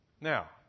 Now